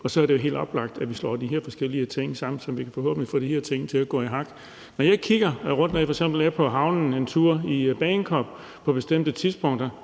Og så er det jo helt oplagt, at vi slår de her forskellige ting sammen, så vi forhåbentlig får de her ting til at gå i hak. Når jeg f.eks. kigger rundt nede på havnen i Bagenkop på bestemte tidspunkter,